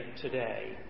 today